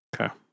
Okay